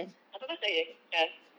upper course ya